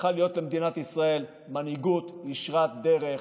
צריכה להיות למדינת ישראל מנהיגות ישרת דרך,